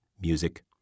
Music